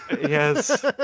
Yes